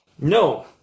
no